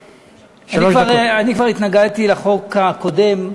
אני כבר התנגדתי לחוק הקודם,